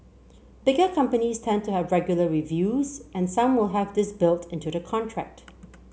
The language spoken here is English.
bigger companies tend to have regular reviews and some will have this built into the contract